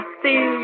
see